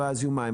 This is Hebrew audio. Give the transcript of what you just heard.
של זיהום המים.